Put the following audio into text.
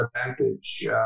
advantage